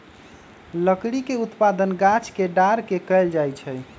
लकड़ी के उत्पादन गाछ के डार के कएल जाइ छइ